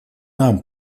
нам